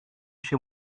się